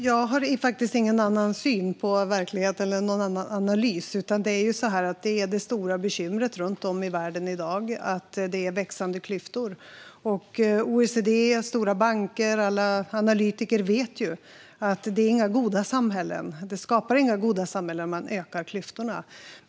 Fru talman! Jag har ingen annan syn på verkligheten och gör ingen annan analys. Det stora bekymret runt om i världen i dag är att det är växande klyftor. OECD, stora banker och alla analytiker vet ju att det inte skapar några goda samhällen när man ökar klyftorna.